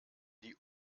die